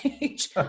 age